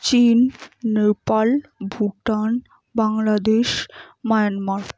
চিন নেপাল ভুটান বাংলাদেশ মায়ানমার